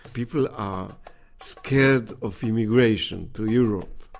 people are scared of immigration to europe.